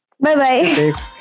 Bye-bye